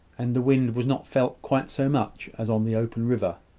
and the wind was not felt quite so much as on the open river.